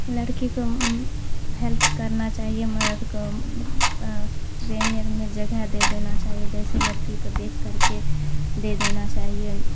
لڑکی کو ہیلپ کرنا چاہیے مرد کو ٹرینئر میں جگہ دے دینا چاہیے جیسے لڑکی کو دیکھ کر کے دے دینا چاہیے